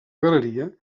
galeria